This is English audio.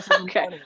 Okay